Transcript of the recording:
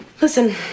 listen